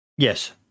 Yes